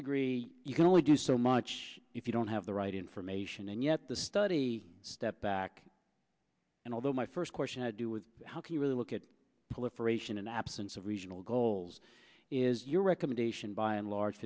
degree you can only do so much if you don't have the right information and yet the study step back and although my first question to do with how do you really look at politicization in the absence of regional goals is your recommendation by and large